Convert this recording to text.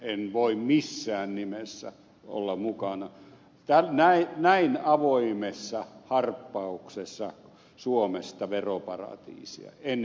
en voi missään nimessä olla mukana näin avoimessa harppauksessa suomesta veroparatiisiksi en missään nimessä